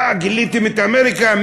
מה, גיליתם את אמריקה?